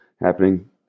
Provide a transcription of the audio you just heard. happening